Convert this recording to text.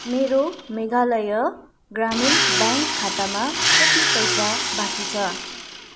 मेरो मेघालय ग्रामीण ब्याङ्क खातामा कति पैसा बाँकी छ